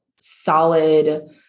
solid